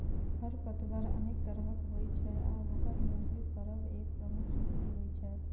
खरपतवार अनेक तरहक होइ छै आ ओकर नियंत्रित करब एक प्रमुख चुनौती होइ छै